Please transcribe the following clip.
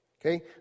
Okay